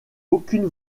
aucune